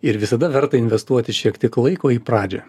ir visada verta investuoti šiek tiek laiko į pradžią